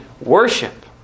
worship